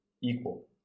equal